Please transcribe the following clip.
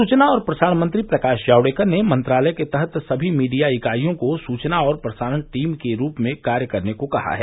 सूचना और प्रसारण मंत्री प्रकाश जावड़ेकर ने मंत्रालय के तहत सभी मीडिया इकाइयों को सूचना और प्रसारण टीम के रूप में कार्य करने को कहा है